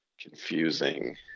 confusing